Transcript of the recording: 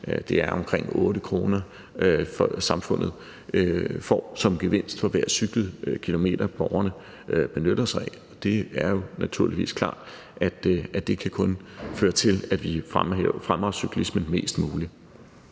Det er omkring 8 kr., samfundet får som gevinst for hver cyklet kilometer, borgerne benytter sig af. Det er naturligvis klart, at det kun kan føre til, at vi fremmer cyklismen mest muligt.